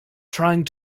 trying